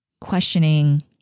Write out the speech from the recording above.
questioning